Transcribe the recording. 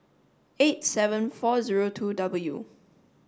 eighty seven four zero two W